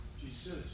Jesus